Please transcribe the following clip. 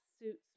suits